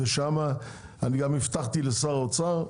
ושם גם הבטחתי לשר האוצר,